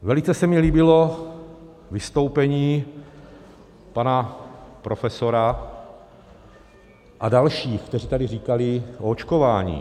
Velice se mi líbilo vystoupení pana profesora a dalších, kteří tady říkali o očkování.